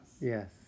Yes